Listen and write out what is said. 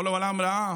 כל העולם ראה